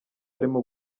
arimo